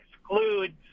excludes